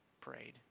prayed